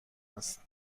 است